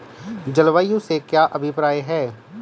जलवायु से क्या अभिप्राय है?